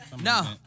no